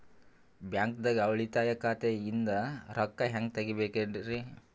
ಬ್ಯಾಂಕ್ದಾಗ ಉಳಿತಾಯ ಖಾತೆ ಇಂದ್ ರೊಕ್ಕ ಹೆಂಗ್ ತಗಿಬೇಕ್ರಿ?